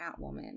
Catwoman